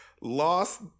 lost